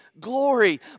glory